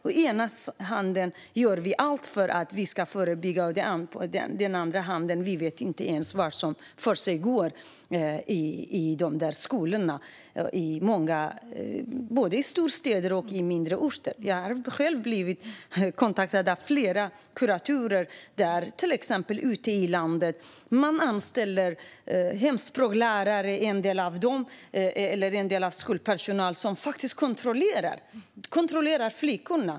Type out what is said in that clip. Å ena sidan gör vi allt för att förebygga, men å andra sidan vet vi inte ens vad som försiggår i dessa skolor. Det gäller både storstäder och mindre orter. Jag har själv blivit kontaktad av flera kuratorer ute i landet, där man anställer hemspråkslärare och skolpersonal som kontrollerar flickorna.